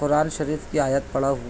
قرآن شریف کی آیت پڑھا ہوں